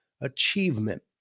achievement